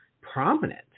prominent